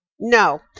no